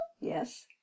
Yes